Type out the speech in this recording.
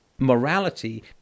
morality